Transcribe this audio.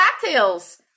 cocktails